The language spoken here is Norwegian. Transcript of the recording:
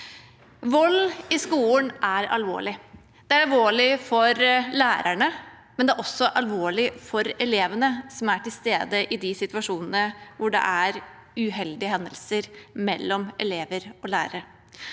Vold i skolen er alvorlig. Det er alvorlig for lærerne, men det er også alvorlig for elevene som er til stede i de situasjonene hvor det er uheldige hendelser mellom elever og lærere.